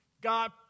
God